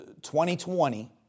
2020